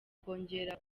kongera